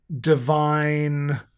divine